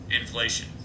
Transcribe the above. inflation